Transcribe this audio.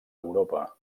europa